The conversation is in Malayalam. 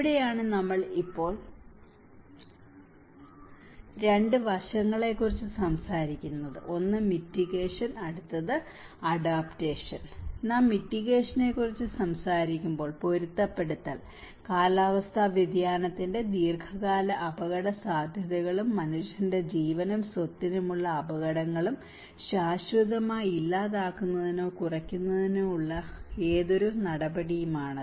ഇവിടെയാണ് നമ്മൾ ഇപ്പോൾ 2 വശങ്ങളെ കുറിച്ച് സംസാരിക്കുന്നത് ഒന്ന് മിറ്റിഗെഷൻ അടുത്തത് അഡാപ്റ്റേഷൻ നാം മിറ്റിഗെഷനെക്കുറിച്ച് സംസാരിക്കുമ്പോൾ പൊരുത്തപ്പെടുത്തൽ കാലാവസ്ഥാ വ്യതിയാനത്തിന്റെ ദീർഘകാല അപകടസാധ്യതകളും മനുഷ്യന്റെ ജീവനും സ്വത്തിനും ഉള്ള അപകടങ്ങളും ശാശ്വതമായി ഇല്ലാതാക്കുന്നതിനോ കുറയ്ക്കുന്നതിനോ ഉള്ള ഏതൊരു നടപടിയുമാണ്